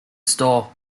store